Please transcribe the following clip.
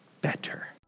better